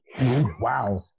Wow